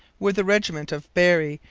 where the regiment of berry,